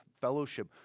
fellowship